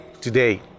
today